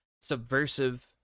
subversive